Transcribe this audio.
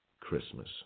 Christmas